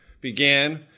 began